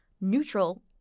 neutral